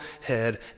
head